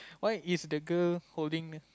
why is the girl holding